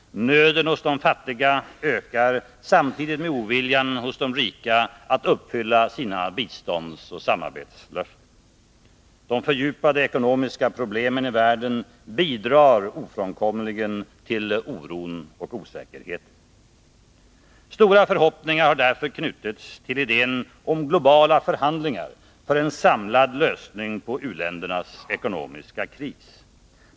Nöden hos de fattiga ökar samtidigt med oviljan hos de rika att uppfylla sina biståndsoch samarbetslöften. De fördjupade ekonomiska problemen i världen bidrar ofrånkomligen till oron och osäkerheten. Stora förhoppningar har därför knutits till idén om globala förhandlingar för en samlad lösning på u-ländernas ekonomiska kris.